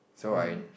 so I